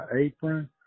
apron